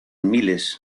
miles